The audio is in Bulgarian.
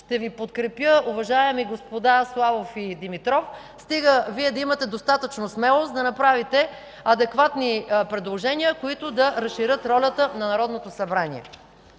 ще Ви подкрепя, уважаеми господа Славов и Димитров, стига Вие да имате достатъчно смелост да направите адекватни предложения, които да разширят ролята на Народното събрание.